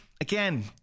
again